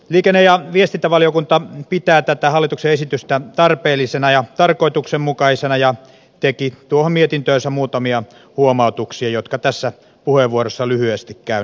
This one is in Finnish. liikenne ja viestintävaliokunta pitää tätä hallituksen esitystä tarpeellisena ja tarkoituksenmukaisena ja teki tuohon mietintöönsä muutamia huomautuksia jotka tässä puheenvuorossa lyhyesti käyn lävitse